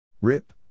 Rip